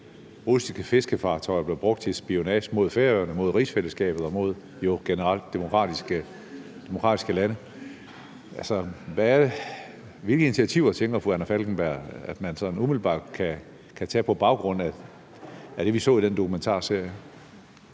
russiske fiskefartøjer blev brugt til spionage mod Færøerne, mod rigsfællesskabet og jo generelt mod demokratiske lande. Hvilke initiativer tænker fru Anna Falkenberg at man sådan umiddelbart kan tage på baggrund af det, vi så i den dokumentarserie?